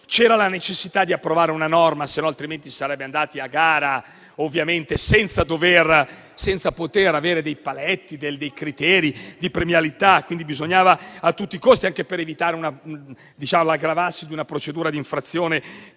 C'era la necessità di approvare una norma, altrimenti si sarebbe andati a gara, ovviamente senza poter avere dei paletti né dei criteri di premialità, e quindi bisognava agire a tutti i costi, anche per evitare l'aggravarsi di una procedura di infrazione